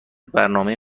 برنامه